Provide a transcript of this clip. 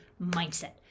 mindset